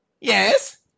Yes